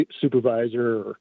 supervisor